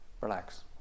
Relax